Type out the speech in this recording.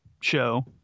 show